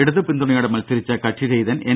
ഇടതു പിന്തുണയോടെ മത്സരിച്ച കക്ഷി രഹിതൻ എൻ